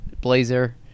blazer